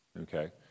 Okay